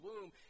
womb